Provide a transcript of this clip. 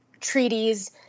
treaties